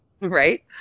right